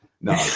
No